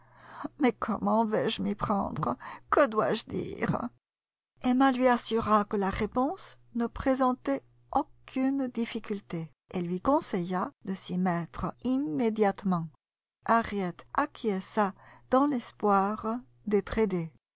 mais comment vais-je m'y prendre que dois-je dire emma lui assura que la réponse ne présentait aucune difficulté et lui conseilla de s'y mettre immédiatement harriet acquiesça dans l'espoir d'être aidée